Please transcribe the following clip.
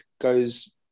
goes